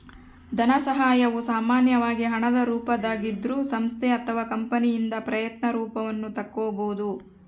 ಧನಸಹಾಯವು ಸಾಮಾನ್ಯವಾಗಿ ಹಣದ ರೂಪದಾಗಿದ್ರೂ ಸಂಸ್ಥೆ ಅಥವಾ ಕಂಪನಿಯಿಂದ ಪ್ರಯತ್ನ ರೂಪವನ್ನು ತಕ್ಕೊಬೋದು